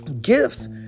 gifts